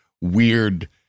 weird